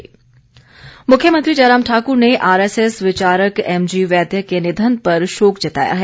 शोक मुख्यमंत्री जयराम ठाकुर ने आर एस एस विचारक एम जी वैद्य के निधन पर शोक जताया है